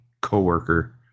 coworker